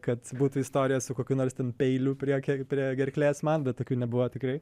kad būtų istorija su kokiu nors ten peiliu priek prie gerklės man bet tokių nebuvo tikrai